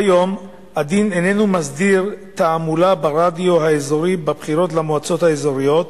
כיום הדין אינו מסדיר תעמולה ברדיו האזורי בבחירות למועצות אזוריות,